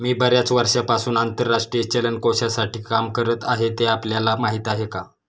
मी बर्याच वर्षांपासून आंतरराष्ट्रीय चलन कोशासाठी काम करत आहे, ते आपल्याला माहीत आहे का?